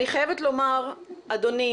אני חייבת לומר, אדוני,